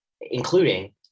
including